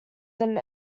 then